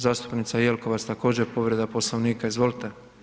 Zastupnica Jelkovac, također povreda Poslovnika, izvolite.